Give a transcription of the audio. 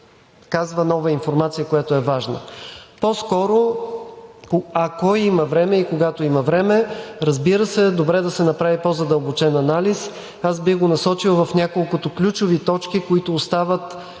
казва нова информация, която е важна, а по-скоро, ако има време и когато има време, разбира се, добре е да се направи по-задълбочен анализ. Аз бих го насочил в няколкото ключови точки, които остават